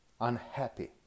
unhappy